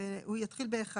הוא יתחיל ב-1.